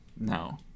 No